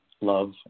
love